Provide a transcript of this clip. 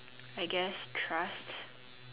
I guess trust